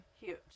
huge